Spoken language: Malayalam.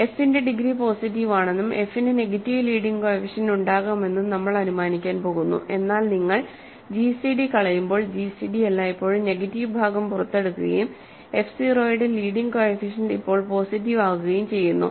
എഫ് ന്റെ ഡിഗ്രി പോസിറ്റീവ് ആണെന്നും എഫ് നു നെഗറ്റീവ് ലീഡിംഗ് കോഎഫിഷ്യന്റ് ഉണ്ടാകാമെന്നും നമ്മൾ അനുമാനിക്കാൻ പോകുന്നു എന്നാൽ നിങ്ങൾ ജിസിഡി കളയുമ്പോൾ ജിസിഡി എല്ലായ്പ്പോഴും നെഗറ്റീവ് ഭാഗം പുറത്തെടുക്കുകയും എഫ് 0 യുടെ ലീഡിംഗ് കോഎഫിഷ്യന്റ് ഇപ്പോൾ പോസിറ്റീവ് ആകുകയും ചെയ്യുന്നു